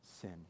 sin